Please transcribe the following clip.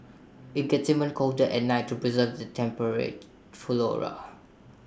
IT gets even colder at night to preserve the temperate flora